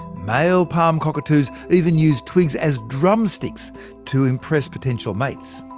male palm cockatoos even use twigs as drumsticks to impress potential mates.